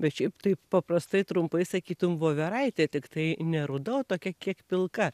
bet šiaip tai paprastai trumpai sakytum voveraitė tiktai ne ruda o tokia kiek pilka